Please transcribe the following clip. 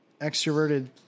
extroverted